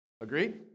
Agreed